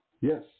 Yes